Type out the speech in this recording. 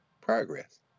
progress